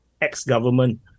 ex-government